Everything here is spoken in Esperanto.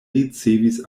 ricevis